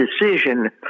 decision